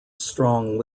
strong